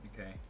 okay